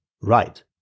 Right